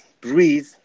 breathe